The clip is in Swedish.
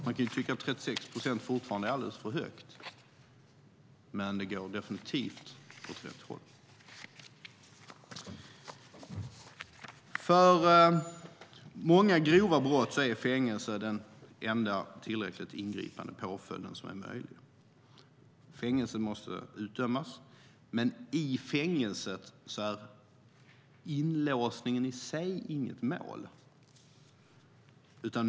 Man kan tycka att 36 procent fortfarande är alldeles för högt, men det går definitivt åt rätt håll. För många grova brott är fängelse den enda tillräckligt ingripande påföljd som är möjlig. Fängelse måste utdömas, men i fängelset är inlåsning i sig inget mål.